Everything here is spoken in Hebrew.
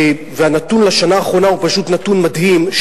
והנתון לשנה האחרונה הוא פשוט נתון מדהים,